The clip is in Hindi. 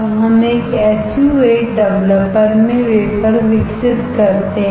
हम एक SU 8 डेवलपर में वेफरविकसित करते हैं